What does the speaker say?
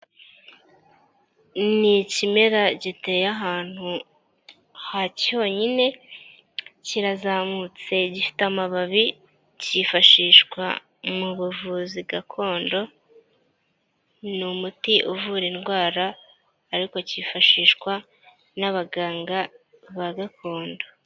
Ni ikimera giteye ahantu ha cyonyine, kirazamutse gifite amababi cyifashishwa mu buvuzi gakondo, ni umuti uvura indwara, ariko cyifashishwa n'abaganga ba gakondo.